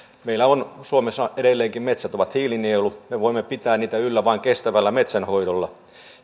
meillä suomessa edelleenkin metsät ovat hiilinielu me voimme pitää niitä yllä vain kestävällä metsänhoidolla